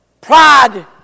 Pride